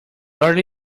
early